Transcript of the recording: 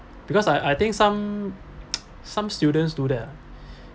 because I I think some some students do that ah